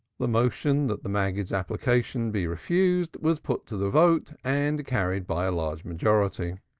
the motion that the maggid's application be refused was put to the vote and carried by a large majority.